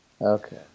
Okay